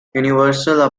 universal